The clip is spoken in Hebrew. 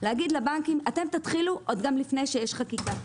לומר לבנקים: תתחילו עוד לפני שיש חקיקה.